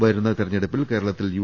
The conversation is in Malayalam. വരുന്ന തിരഞ്ഞെടുപ്പിൽ കേരളത്തിൽ യു